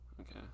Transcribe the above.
Okay